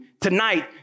tonight